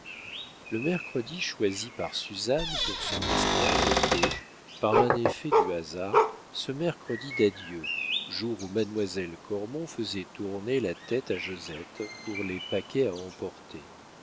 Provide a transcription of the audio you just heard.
le mercredi choisi par suzanne pour son esclandre était par un effet du hasard ce mercredi d'adieu jour où mademoiselle cormon faisait tourner la tête à josette pour les paquets à